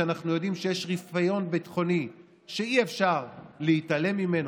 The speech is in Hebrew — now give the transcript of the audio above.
שאנחנו יודעים שיש רפיון ביטחוני שאי-אפשר להתעלם ממנו,